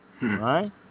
right